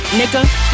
nigga